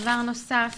דבר נוסף,